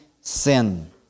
sin